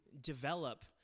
develop